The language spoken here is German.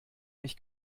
mich